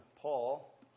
Paul